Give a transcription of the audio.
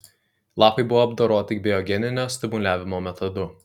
lapai buvo apdoroti biogeninio stimuliavimo metodu